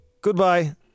Goodbye